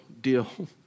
deal